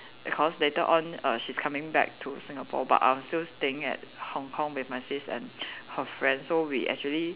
because later on err she's coming back to Singapore but I was still staying at Hong-Kong with my sis and her friends so we actually